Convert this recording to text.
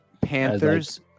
Panthers